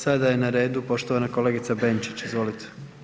Sada je na redu poštovana kolegica Benčić, izvolite.